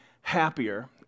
happier